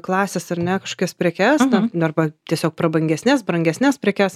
klasės ar ne ašokias prekes na arba tiesiog prabangesnes brangesnes prekes